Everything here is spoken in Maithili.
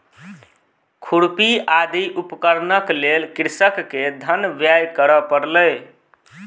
खुरपी आदि उपकरणक लेल कृषक के धन व्यय करअ पड़लै